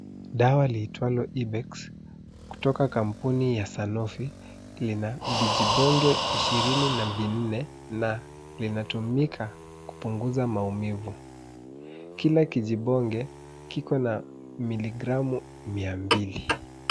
Dawa liitwalo Ibex kutoka kampuni ya Sanofi lina vijibonge ishirini na vinne na linatumika kupunguza maumivu. Kila kijibonge kiko na miligramu mia mbili.